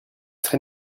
trés